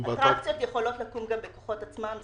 אטרקציות יכולות לקום גם בכוחות עצמן.